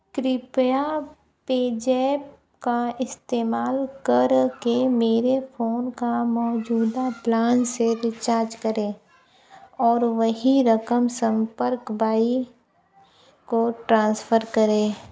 कृपया पेजेप का इस्तेमाल करके मेरे फ़ोन का मौजूदा प्लान से रिचार्ज करें और वही रकम संपर्क बाई को ट्रांसफ़र करें